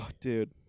Dude